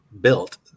built